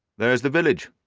there's the village,